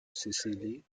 sicily